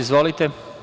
Izvolite.